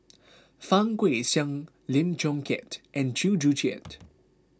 Fang Guixiang Lim Chong Keat and Chew Joo Chiat